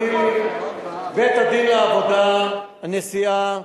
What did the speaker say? בית-הדין לעבודה, הנשיאה,